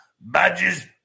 Badges